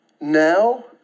Now